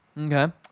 Okay